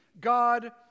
God